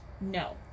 No